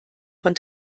von